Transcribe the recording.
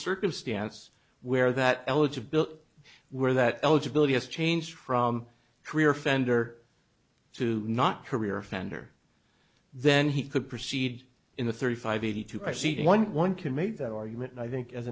circumstance where that eligibility were that eligibility has changed from career offender to not career offender then he could proceed in the thirty five eighty two i see one one can make that argument and i think as